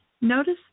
Notice